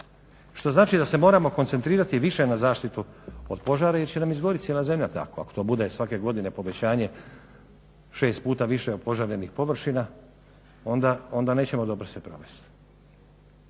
Što znači da se moramo koncentrirati više na zaštitu od požara jer će nam izgorjeti cijela zemlja tako ako to bude svake godine povećanje 6 puta više opožarenih površina onda nećemo dobro se provesti.